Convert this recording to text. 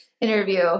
interview